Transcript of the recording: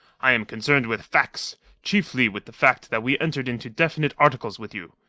i am concerned with facts chiefly with the fact that we entered into definite articles with you.